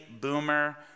boomer